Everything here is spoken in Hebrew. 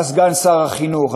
אתה סגן שר החינוך.